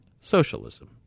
socialism